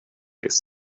face